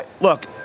Look